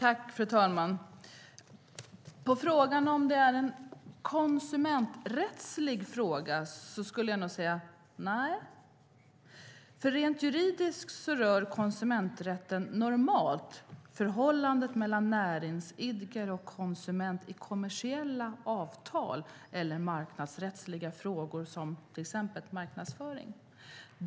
Fru talman! På frågan om detta är en konsumenträttslig fråga skulle jag nog svara nej. Rent juridiskt rör konsumenträtten normalt förhållandet mellan näringsidkare och konsument i kommersiella avtal eller marknadsrättsliga frågor, till exempel marknadsföring.